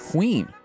Queen